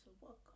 welcome